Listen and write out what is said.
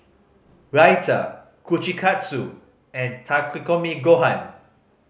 Raita Kushikatsu and Takikomi Gohan